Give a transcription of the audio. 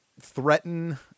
threaten